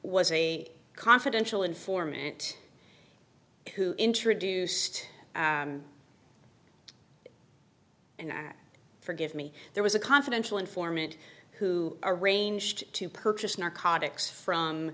was a confidential informant who introduced and forgive me there was a confidential informant who arranged to purchase narcotics from